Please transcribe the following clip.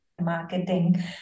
marketing